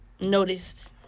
noticed